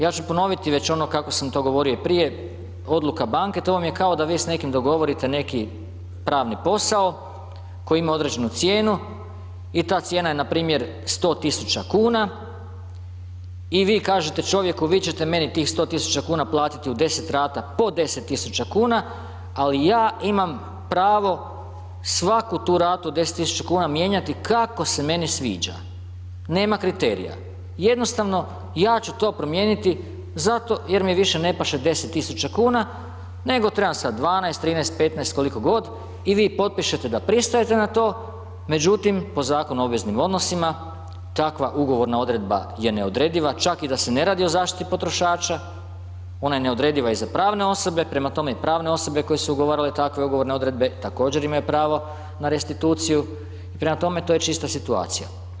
Ja ću ponoviti već ono kako sam to govorio i prije, odluka banke to vam je kao da vi s nekim dogovorite neki pravni posao koji ima određenu cijenu i ta cijena je npr. 100.000 kuna i vi kažete čovjeku vi ćete meni tih 100.000 kuna platiti u 10 rata po 10.000 kuna ali ja imam pravo svaku tu ratu 10.000 kuna mijenjati kako se meni sviđa, nema kriterija, jednostavno ja ću to promijeniti zato jer mi više ne paše 10.000 kuna nego trebam sad 12, 13, 15 koliko god i vi potpišete da pristajete na to međutim po Zakonu o obveznim odnosima takva ugovorna odredba je neodrediva čak i da se ne radi o zaštiti potrošača, ona je neodrediva i za pravne osobe, prema tome i pravne osobe koje su ugovarale takve ugovorne odredbe također imaju pravo na restituciju i prema tome to je čista situacija.